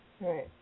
Right